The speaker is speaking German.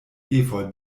efeu